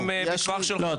לא,